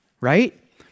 right